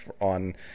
on